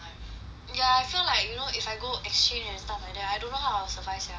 ya I feel like you know if I go exchange and stuff like that right I don't know how I'll survive sia